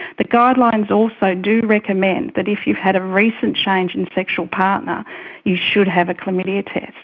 the guidelines also do recommend that if you've had a recent change in sexual partner you should have a chlamydia test.